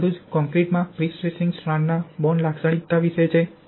તે બધું જ કોંક્રિટમાં પ્રીસ્ટ્રેસિંગ સ્ટ્રેન્ડના બોન્ડ લાક્ષણિકતા વિશે છે